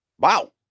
Wow